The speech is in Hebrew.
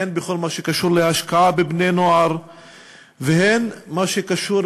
הן בכל מה שקשור להשקעה בבני-נוער והן במה שקשור,